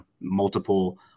multiple